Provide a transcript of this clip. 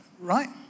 right